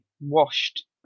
washed